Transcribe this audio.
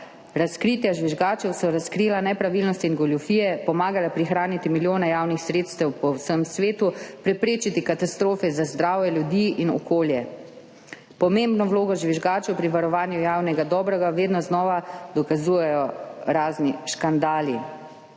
Razkritja žvižgačev so razkrila nepravilnosti in goljufije, pomagala prihraniti milijone javnih sredstev po vsem svetu, preprečiti katastrofe za zdravje ljudi in okolje. Pomembno vlogo žvižgačev pri varovanju javnega dobrega vedno znova dokazujejo razni škandali.